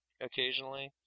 Occasionally